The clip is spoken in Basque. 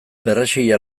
perrexila